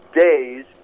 days